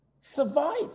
survive